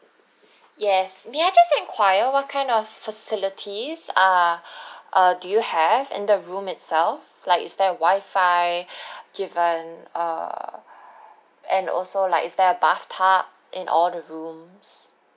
yes may I just enquire what kind of facilities are uh do you have in the room itself like is there WI-FI given err and also like is there a bathtub in all the rooms